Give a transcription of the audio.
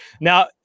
Now